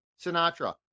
Sinatra